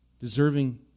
deserving